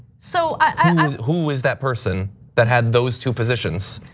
so i mean who is that person that had those two positions?